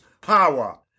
power